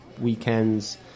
weekends